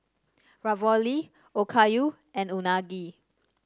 Ravioli Okayu and Unagi